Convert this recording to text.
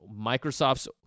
Microsoft's